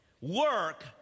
Work